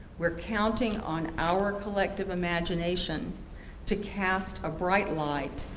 we're counting on our collective imagination to cast a bright light.